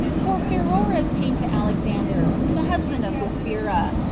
for pheroras came to alexander, the husband of glaphyra,